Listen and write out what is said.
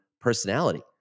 personality